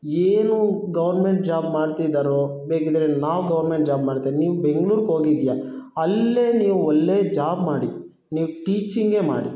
ಏನು government job ಮಾಡ್ತಿದ್ದಾರೋ ಬೇಕಿದ್ದರೆ ನಾವು ಗೌರ್ಮೆಂಟ್ ಜಾಬ್ ಮಾಡ್ತೇನೆ ನೀನು ಬೆಂಗ್ಳೂರ್ಗೆ ಹೋಗಿದ್ಯಾ ಅಲ್ಲೇ ನೀವು ಒಳ್ಳೇ ಜಾಬ್ ಮಾಡಿ ನೀವು ಟೀಚಿಂಗೇ ಮಾಡಿ